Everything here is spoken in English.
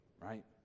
Right